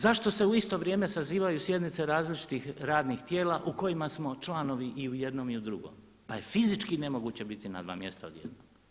Zašto se u isto vrijeme sazivaju sjednice različitih radnih tijela u kojima smo članovi i u jednom i u drugom pa je fizički nemoguće biti na dva mjesta odjednom.